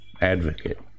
advocate